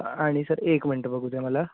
आणि सर एक मिनटं बघू दे मला